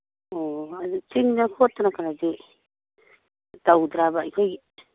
ꯑꯣ ꯑꯗꯨ ꯇꯤꯡꯗꯅ ꯈꯣꯠꯇꯅ ꯈꯔꯁꯨ ꯇꯧꯗ꯭ꯔꯕ ꯑꯩꯈꯣꯏꯒꯤ